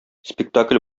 спектакль